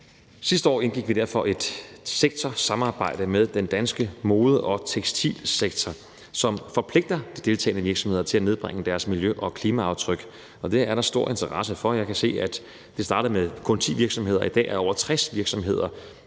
Sidste år indgik vi derfor et sektorsamarbejde med den danske mode- og tekstilsektor, som forpligter de deltagende virksomheder til at nedbringe deres miljø- og klimaaftryk, og det er der stor interesse for. Jeg kan se, at det startede med kun 10 virksomheder, og i dag er over 60 virksomheder